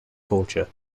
culture